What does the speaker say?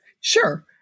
Sure